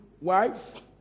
wives